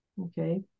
Okay